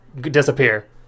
disappear